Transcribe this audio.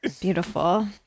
Beautiful